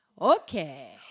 Okay